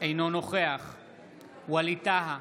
אינו נוכח ווליד טאהא,